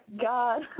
God